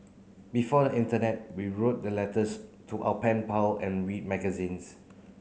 before the internet we wrote the letters to our pen pal and read magazines